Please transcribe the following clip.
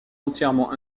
entièrement